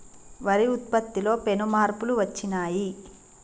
వరి ఉత్పత్తిలో పెను మార్పులు వచ్చినాయ్